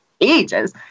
ages